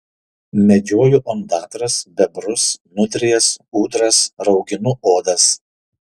medžioju ondatras bebrus nutrijas ūdras rauginu odas